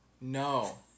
No